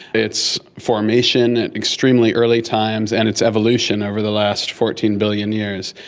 its formation at extremely early times and its evolution over the last fourteen billion years.